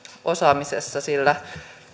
osaamisessa sillä